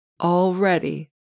already